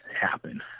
happen